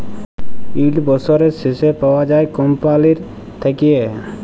yield বসরের শেষে পাউয়া যায় কম্পালির থ্যাইকে